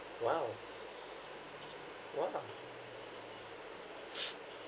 !wow! !wow!